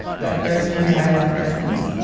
but there was no dialogue written.